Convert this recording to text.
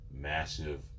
Massive